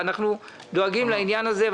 אנחנו דואגים לעניין הזה.